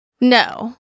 No